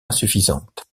insuffisantes